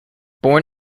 born